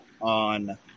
on